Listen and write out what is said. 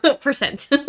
percent